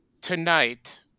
tonight